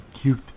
cute